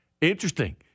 Interesting